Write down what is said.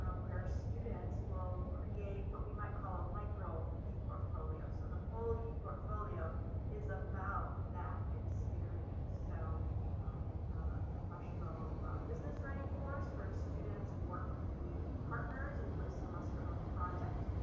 um where students will create what we might call a micro eportfolio. so the whole eportfolio is about that experience. so we have a professional business writing course where students work with community partners and do a semester long project.